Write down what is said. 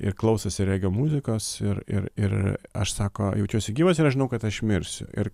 ir klausosi regio muzikos ir ir ir aš sako jaučiuosi gyvas ir aš žinau kad aš mirsiu ir